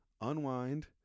unwind